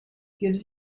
gives